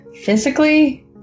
Physically